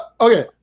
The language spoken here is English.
Okay